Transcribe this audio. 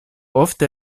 ofte